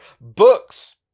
books